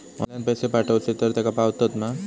Online पैसे पाठवचे तर तेका पावतत मा?